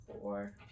four